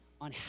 on